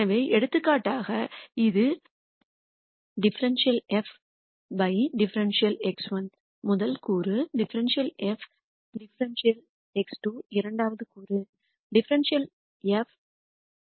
எனவே எடுத்துக்காட்டாக இது ∂f ∂x1 முதல் கூறு ∂f ∂x2 இரண்டாவது கூறு மற்றும் ∂f ∂xn கடைசி கூறு